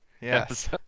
Yes